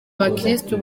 abakirisitu